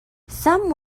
some